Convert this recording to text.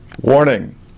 Warning